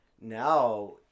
now